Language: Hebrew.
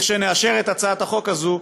כשנאשר את הצעת החוק הזאת,